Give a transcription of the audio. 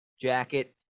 jacket